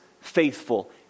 faithful